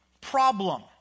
Problem